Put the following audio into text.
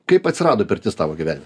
kaip atsirado pirtis tavo gyvenime